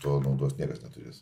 tuo naudos niekas neturės